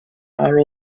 are